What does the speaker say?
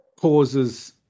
causes